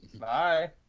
Bye